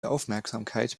aufmerksamkeit